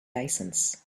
license